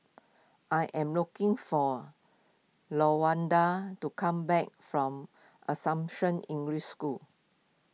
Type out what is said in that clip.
I am looking for Lawanda to come back from Assumption English School